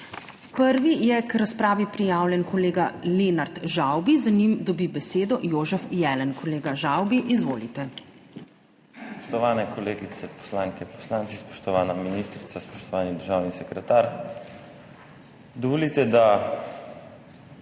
Prvi je k razpravi prijavljen kolega Lenart Žavbi, za njim dobi besedo Jožef Jelen. Kolega Žavbi, izvolite. **LENART ŽAVBI (PS Svoboda):** Spoštovani kolegice poslanke, poslanci, spoštovana ministrica, spoštovani državni sekretar! Dovolite, da